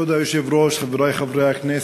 כבוד היושב-ראש, חברי חברי הכנסת,